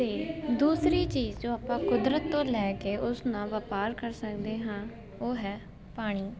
ਅਤੇ ਦੂਸਰੀ ਚੀਜ਼ ਜੋ ਆਪਾਂ ਕੁਦਰਤ ਤੋਂ ਲੈ ਕੇ ਉਸ ਨਾਲ ਵਪਾਰ ਕਰ ਸਕਦੇ ਹਾਂ ਉਹ ਹੈ ਪਾਣੀ